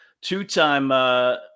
Two-time